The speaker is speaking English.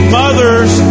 mothers